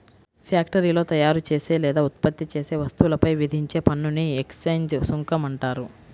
ఫ్యాక్టరీలో తయారుచేసే లేదా ఉత్పత్తి చేసే వస్తువులపై విధించే పన్నుని ఎక్సైజ్ సుంకం అంటారు